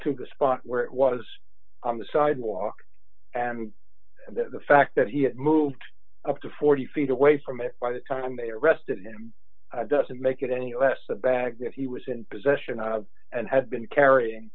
the spot where it was on the sidewalk and the fact that he had moved up to forty feet away from it by the time they arrested him doesn't make it any less the bag that he was in possession of and had been carrying